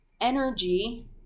energy